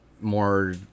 more